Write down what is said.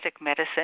medicine